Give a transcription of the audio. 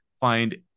find